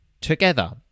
together